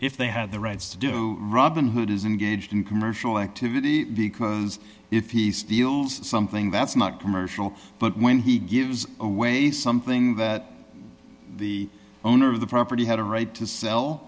if they have the rights to do robin hood is engaged in commercial activity because if he steals something that's not commercial but when he gives away something that the owner of the property had a right to sell